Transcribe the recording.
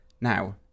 Now